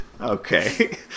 Okay